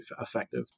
effective